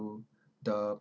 to the